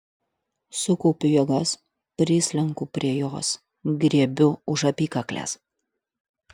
sukaupiu jėgas prislenku prie jos griebiu už apykaklės